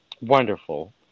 wonderful